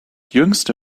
jüngste